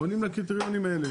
עונים לקריטריונים האלה,